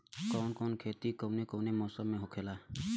कवन कवन खेती कउने कउने मौसम में होखेला?